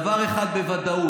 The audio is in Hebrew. דבר אחד בוודאות,